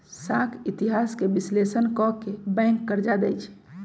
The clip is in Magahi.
साख इतिहास के विश्लेषण क के बैंक कर्जा देँई छै